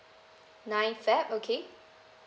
nine feb okay